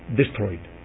destroyed